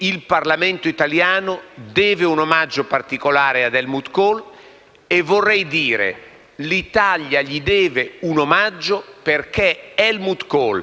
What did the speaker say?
e vorrei dire che pure l'Italia gli deve un omaggio perché Helmut Kohl, nei passaggi fondamentali in cui molti